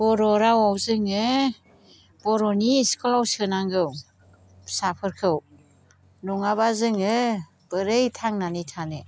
बर' रावआव जोङो बर'नि स्कुलआव सोनांगौ फिसाफोरखौ नङाबा जोङो बोरै थांनानै थानो